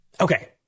Okay